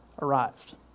arrived